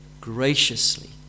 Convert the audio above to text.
graciously